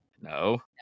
no